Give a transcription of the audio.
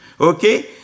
Okay